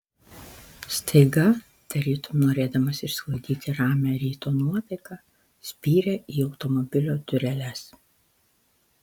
staiga tarytum norėdamas išsklaidyti ramią ryto nuotaiką spyrė į automobilio dureles